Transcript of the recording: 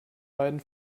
beiden